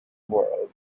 world